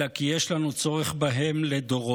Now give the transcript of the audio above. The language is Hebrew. אלא כי יש לנו צורך בהם לדורות.